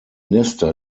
nester